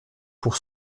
pour